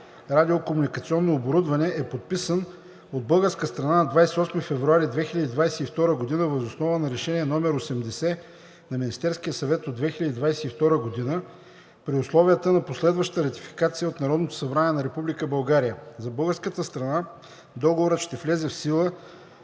„Радио-комуникационно оборудване“ e подписан от българска страна на 28 февруари 2022 г. въз основа на Решение № 80 на Министерския съвет от 2022 г. при условията на последваща ратификация от Народното събрание на Република България. За българската страна Договорът ще влезе в сила